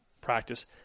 practice